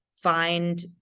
find